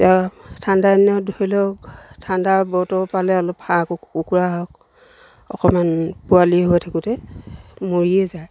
এতিয়া ঠাণ্ডা দিনত ধৰি লওক ঠাণ্ডা বতৰ পালে অলপ হাঁহ কুকুৰা হওক অকণমান পোৱালি হৈ থাকোঁতে মৰিয়ে যায়